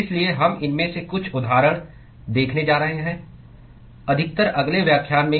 इसलिए हम इनमें से कुछ उदाहरण देखने जा रहे हैं अधिकतर अगले व्याख्यान में